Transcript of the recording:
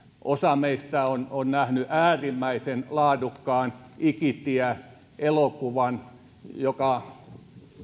osa meistä on on nähnyt äärimmäisen laadukkaan ikitie elokuvan joka